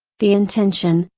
the intention,